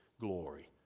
glory